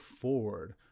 forward